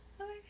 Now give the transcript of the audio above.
okay